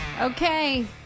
Okay